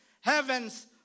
heaven's